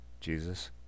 Jesus